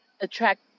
attract